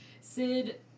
Sid